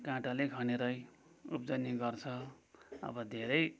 काँटाले खनेरै उब्जनी गर्छ अब धेरै